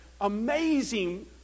amazing